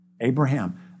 Abraham